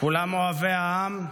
כולם אוהבי העם,